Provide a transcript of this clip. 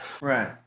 Right